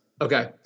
Okay